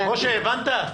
משה, הבנת?